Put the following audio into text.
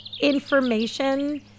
information